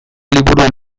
liburuen